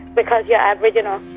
because you're aboriginal.